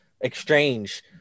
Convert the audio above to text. exchange